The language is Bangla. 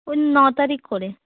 ওই ন তারিখ করে